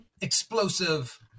explosive